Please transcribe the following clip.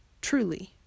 truly